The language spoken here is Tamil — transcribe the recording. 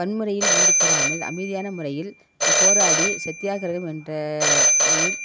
வன்முறையில் ஈடுபடாமல் அமைதியான முறையில் போராடி சத்யாகிரகம் என்ற இதில்